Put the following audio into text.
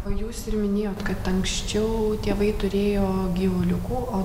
o jūs ir minėjot kad anksčiau tėvai turėjo gyvuliukų o